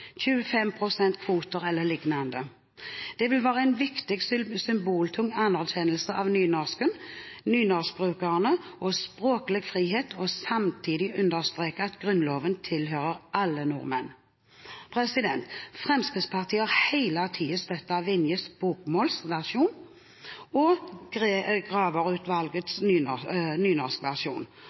Det vil være en viktig, symboltung anerkjennelse av nynorsken, av nynorskbrukerne og av språklig frihet – og samtidig understreke at Grunnloven tilhører alle nordmenn. Fremskrittspartiet har hele tiden støttet Vinjes bokmålsversjon og